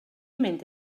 mynd